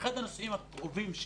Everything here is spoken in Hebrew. אחד הנושאים הכאובים,